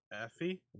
Effie